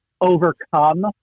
overcome